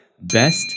Best